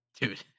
Dude